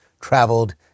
traveled